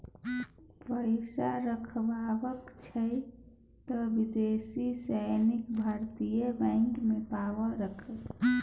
पैसा रखबाक छौ त विदेशी सँ नीक भारतीय बैंक मे पाय राख